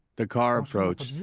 the car approached,